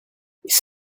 his